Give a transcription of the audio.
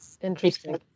interesting